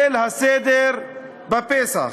ליל הסדר בפסח.